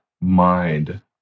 mind